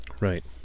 Right